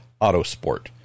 Autosport